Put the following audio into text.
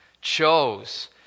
chose